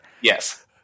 Yes